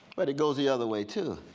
but it goes the other way too.